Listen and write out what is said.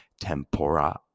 Tempora